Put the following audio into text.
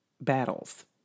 battles